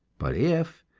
but if,